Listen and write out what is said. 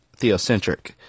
theocentric